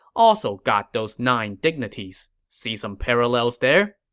also got those nine dignities. see some parallels there?